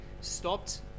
stopped